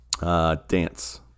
dance